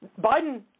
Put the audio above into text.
Biden